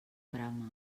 brama